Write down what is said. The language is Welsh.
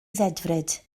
ddedfryd